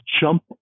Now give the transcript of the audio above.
jump